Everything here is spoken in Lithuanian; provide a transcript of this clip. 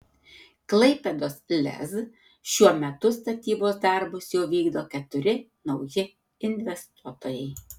klaipėdos lez šiuo metu statybos darbus jau vykdo keturi nauji investuotojai